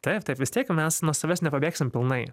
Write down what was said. taip taip vis tiek mes nuo savęs nepabėgsim pilnai